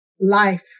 life